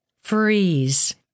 Freeze